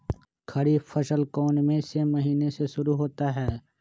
खरीफ फसल कौन में से महीने से शुरू होता है?